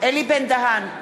אלי בן-דהן,